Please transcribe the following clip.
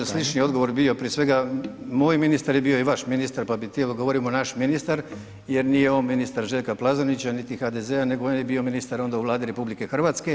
Da ovo bi slični odgovor bio prije svega moj ministar je bio i vaš ministar, pa bi htio govorimo naš ministar jer nije on ministar Željka Plazonića niti HDZ-a nego on je bio ministar onda u Vladi RH.